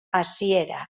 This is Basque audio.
hasiera